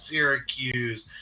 Syracuse